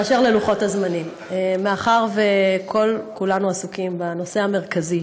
באשר ללוחות הזמנים: מאחר שכולנו עסוקים בנושא המרכזי,